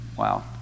Wow